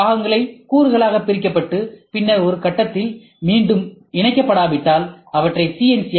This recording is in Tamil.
சில பாகங்களை கூறுகளாக பிரிக்கப்பட்டு பின்னர் ஒரு கட்டத்தில் மீண்டும் இணைக்கப்படாவிட்டால் அவற்றை சி